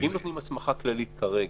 אם נותנים הסמכה כללית כרגע,